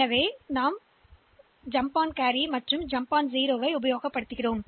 எனவே jump on carry மற்றும் 0 இல் குதிக்கவும்